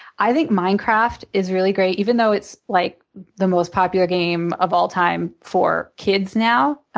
i think minecraft is really great, even though it's like the most popular game of all time for kids now,